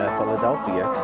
Philadelphia